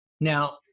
Now